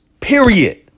period